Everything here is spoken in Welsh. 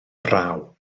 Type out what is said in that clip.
braw